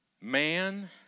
Man